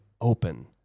open